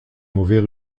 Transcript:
mauvais